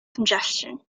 congestion